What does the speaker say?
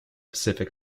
pacific